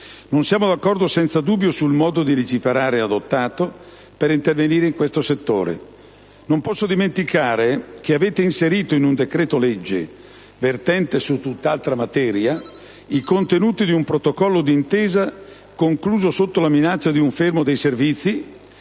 Non siamo d'accordo senza dubbio sul modo di legiferare adottato per intervenire in questo settore. Non posso dimenticare che avete inserito in un decreto-legge vertente su tutt'altra materia i contenuti di un protocollo d'intesa concluso sotto la minaccia di un fermo dei servizi,